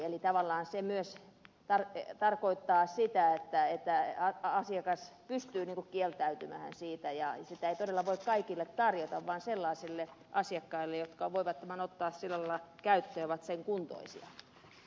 eli tavallaan se myös tarkoittaa sitä että asiakas pystyy kieltäytymään siitä ja sitä ei todella voi kaikille tarjota vaan vain sellaisille asiakkaille jotka voivat tämän ottaa sillä lailla käyttöön ja ovat sen kuntoisia